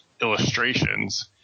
illustrations